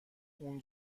اون